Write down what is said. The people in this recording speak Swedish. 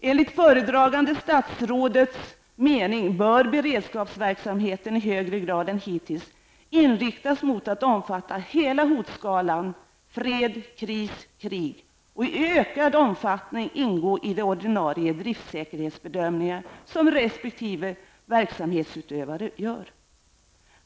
Enligt föredragande statsrådets mening bör beredskapsverksamheten i högre grad än hittills inriktas mot att omfatta hela hotskalan fred-kriskrig och i ökad omfattning ingå i de ordinarie driftsäkerhetsbedömningar som resp. verksamhetsutövare gör.